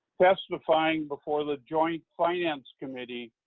testifying before the joint finance committee